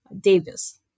Davis